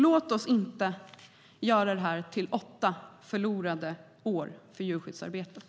Låt oss inte göra det här till åtta förlorade år för djurskyddsarbetet.